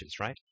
right